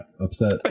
upset